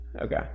okay